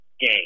game